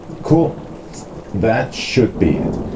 cool that should be it